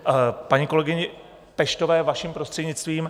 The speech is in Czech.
K paní kolegyni Peštové, vaším prostřednictvím.